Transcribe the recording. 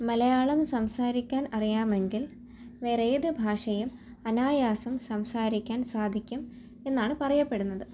മലയാളം സംസാരിക്കാൻ അറിയാമെങ്കിൽ വേറെ ഏതു ഭാഷയും അനായാസം സംസാരിക്കാൻ സാധിക്കും എന്നാണ് പറയപ്പെടുന്നത്